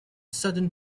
southern